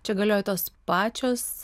čia galioja tos pačios